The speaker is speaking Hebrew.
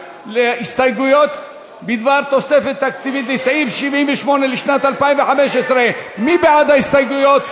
להסתייגויות בדבר תוספת תקציב לסעיף 78 לשנת 2015. מי בעד ההסתייגויות?